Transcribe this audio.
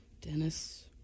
Dennis